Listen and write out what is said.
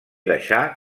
deixar